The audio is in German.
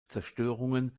zerstörungen